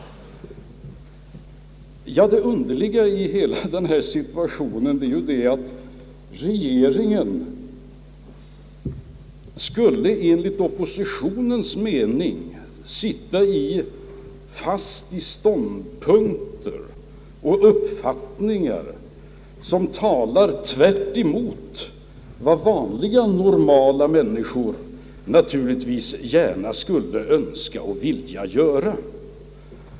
Ja, det underliga i hela situationen är ju, att regeringen enligt oppositionens mening skulle sitta fast i ståndpunkter och uppfattningar, som talar tvärtemot vad vanliga, normala människor naturligtvis gärna skulle önska och vilja göra.